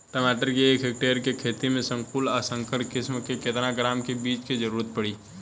टमाटर के एक हेक्टेयर के खेती में संकुल आ संकर किश्म के केतना ग्राम के बीज के जरूरत पड़ी?